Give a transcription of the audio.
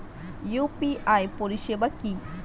UPI পরিষেবা কি?